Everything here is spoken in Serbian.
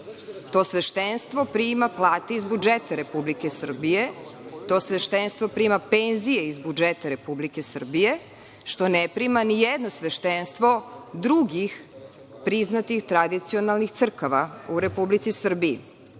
to sveštenstvo prima plate iz budžeta Republike Srbije, to sveštenstvo prima penzije iz budžeta Republike Srbije, što ne prima ni jedno sveštenstvo drugih priznatih tradicionalnih priznatih crkava u Republici Srbiji. Mi